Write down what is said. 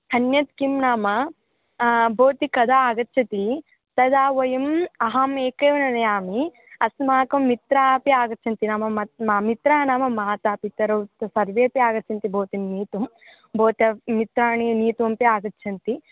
अन्यत् किं नाम भवती कदा आगच्छति तदा वयम् अहमेकम् एव न नयामि अस्माकं मित्राः अपि आगच्छन्ति नाम मत् मा मित्राः नाम मातापितरौ स सर्वेपि आगच्छन्ति भवतीं मेलितुं भवत्याः मित्राः नेतुमपि आगच्छन्ति